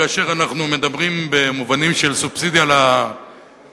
כאשר אנחנו מדברים במובנים של סובסידיה למצרך,